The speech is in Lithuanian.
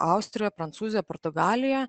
austrijo prancūzija portugalija